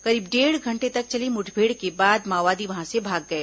करीब डेढ़ घंटे तक चली मुठभेड़ के बाद माओवादी वहां से भाग गए